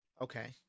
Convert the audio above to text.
Okay